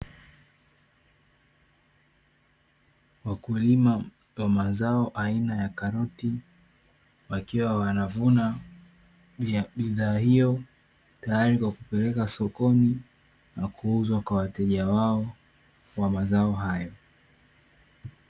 Wakulima wa mazao aina ya karoti wakiwa wanavuna bidhaa hiyo tayari kwa kupeleka sokoni na kuuzwa kwa wateja wao wa mazao hayo.